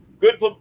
good